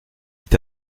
est